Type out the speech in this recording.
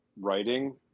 writing